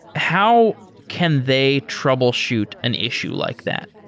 how can they troubleshoot an issue like that?